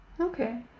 okay